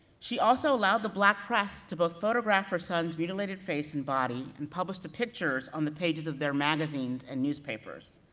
she also allowed the black press to both photograph her son's mutilated face and body, and publish the pictures on the pages of their magazines and newspapers,